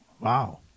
Wow